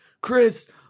Chris